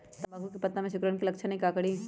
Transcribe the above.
तम्बाकू के पत्ता में सिकुड़न के लक्षण हई का करी?